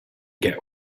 get